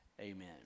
Amen